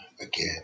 again